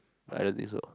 I don't think so